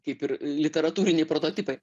kaip ir literatūriniai prototipai